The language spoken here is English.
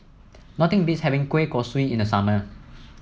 nothing beats having Kueh Kosui in the summer